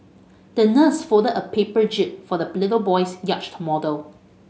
the nurse folded a paper jib for the little boy's yacht model